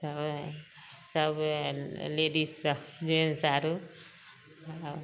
सब आएल सब आएल लेडीस सब जेन्ट्स आरो कहाँ